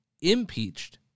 impeached